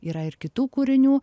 yra ir kitų kūrinių